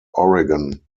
oregon